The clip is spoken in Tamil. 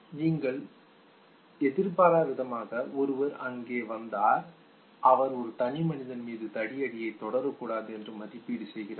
நீங்கள் எதிர்பாராதவிதமாக ஒருவர் அங்கே வந்தார் அவர் ஒரு தனி மனிதன் மீது தடியடியை தொடரக்கூடாது என்று மதிப்பீடு செய்கிறார்